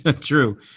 true